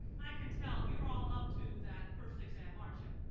i can tell you're all up to that first exam, aren't you?